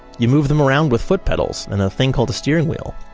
you move them around with foot pedals and a thing called a steering wheel.